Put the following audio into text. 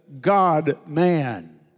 God-man